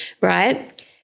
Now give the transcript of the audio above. right